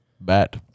Bat